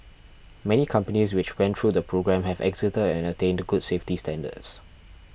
many companies which went through the programme have exited and attained good safety standards